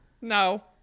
no